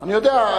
אני יודע.